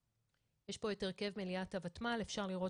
יש פה את הרכב מליאת הוותמ"ל אפשר לראות